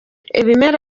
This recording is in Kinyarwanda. ibimera